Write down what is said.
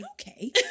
Okay